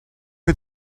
mit